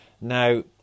Now